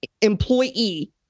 employee